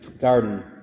garden